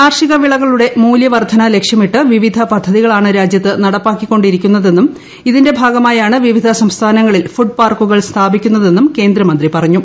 കാർഷിക വിളകളുടെ മൂല്യവർദ്ധന ലക്ഷ്യമിട്ട് വിവിധ പദ്ധതികളാണ് രാജ്യത്ത് നടപ്പാക്കികൊണ്ടിരിക്കുന്നതെന്നും ഇതിന്റെ ഭാഗമായാണ് വിവിധ സംസ്ഥാങ്ങളിൽ ഫുഡ് പാർക്കുകൾ സ്ഥാപിക്കുന്നതെന്നും കേന്ദ്ര മന്ത്രി പറഞ്ഞു